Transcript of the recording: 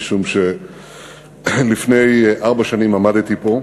משום שלפני ארבע שנים עמדתי פה,